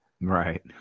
Right